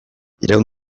iraun